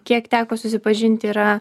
kiek teko susipažinti yra